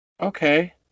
okay